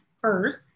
first